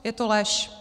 Je to lež.